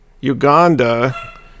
Uganda